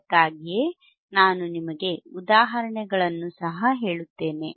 ಅದಕ್ಕಾಗಿಯೇ ನಾನು ನಿಮಗೆ ಉದಾಹರಣೆಗಳನ್ನು ಸಹ ಹೇಳುತ್ತೇನೆ